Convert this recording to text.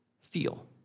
feel